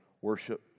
worship